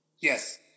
Yes